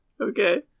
Okay